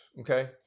okay